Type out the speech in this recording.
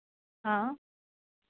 हा